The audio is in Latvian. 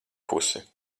pusi